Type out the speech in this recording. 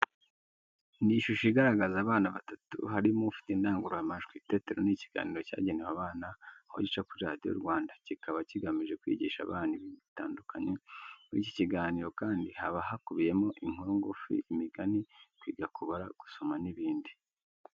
Ni ishusho igaragaza abana batatu, harimo ufite indangururamajwi. Itetero ni ikiganiro cyagenewe abana, aho gica kuri Radiyo Rwanda, kiba kigamije kwigisha abana ibintu bitandukanye. Muri iki kiganiro kandi haba hakubiyemo inkuru ngufi, imigani, kwiga kubara, gusoma n'ibindi.